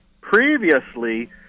Previously